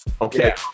Okay